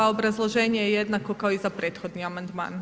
Obrazloženje je jednako kao i za prethodni amandman.